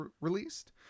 released